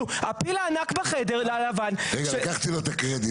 הפיל הלבן והענק שבחדר --- לקחתי לו את הקרדיט,